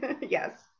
Yes